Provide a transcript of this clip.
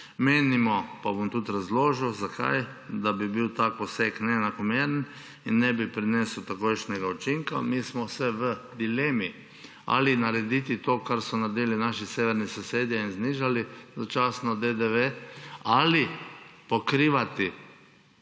Menimo – pa bom tudi razložil, zakaj – da bi bil tak poseg neenakomeren in ne bi prinesel takojšnjega učinka. Mi smo se v dilemi, ali narediti to, kar so naredili naši severni sosedje, in začasno znižati DDV ali pokrivati